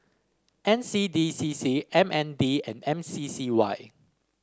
N C D C C M N D and M C C Y